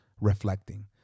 reflecting